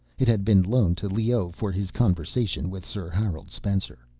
it had been loaned to leoh for his conversation with sir harold spencer.